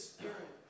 Spirit